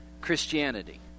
Christianity